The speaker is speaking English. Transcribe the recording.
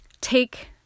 take